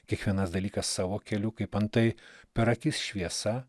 kiekvienas dalykas savo keliu kaip antai per akis šviesa